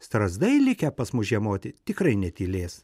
strazdai likę pas mus žiemoti tikrai netylės